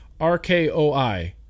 RKOI